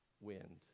wind